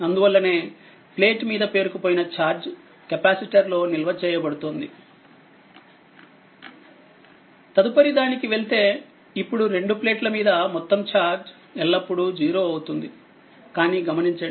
అందువల్లనేప్లేట్ మీద పేరుకుపోయిన charge capacitor లో నిల్వ చేయబడుతుంది తదుపరి దానికి వెళ్తే ఇప్పుడు రెండు ప్లేట్ల మీద మొత్తం చార్జ్ ఎల్లప్పుడూ 0 అవుతుంది అని గమనించండి